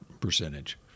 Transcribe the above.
percentage